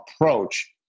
approach